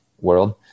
world